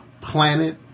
planet